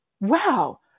wow